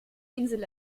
insel